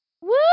Woo